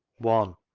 one.